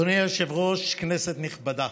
אדוני היושב-ראש, כנסת נכבדה,